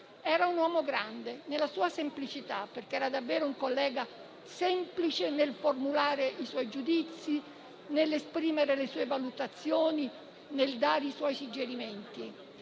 Era un uomo grande nella sua semplicità, perché era davvero un collega semplice nel formulare i suoi giudizi, nell'esprimere le sue valutazioni, nel dare i suoi suggerimenti;